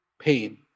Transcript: pain